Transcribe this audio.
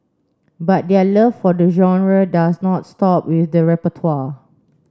but their love for the genre does not stop with the repertoire